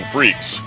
Freaks